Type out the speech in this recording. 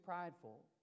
prideful